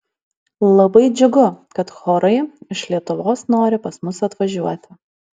labai džiugiu kad chorai iš lietuvos nori pas mus atvažiuoti